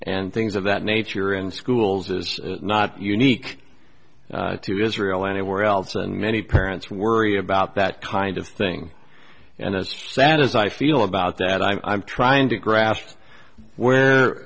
and things of that nature in schools is not unique to israel anywhere else and many parents worry about that kind of thing and as sad as i feel about that i'm trying to grasp where